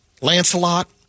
Lancelot